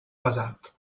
pesat